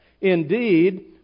Indeed